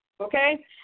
Okay